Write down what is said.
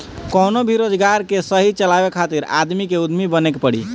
कवनो भी रोजगार के सही चलावे खातिर आदमी के उद्यमी बने के पड़ी